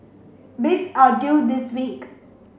bids are due this week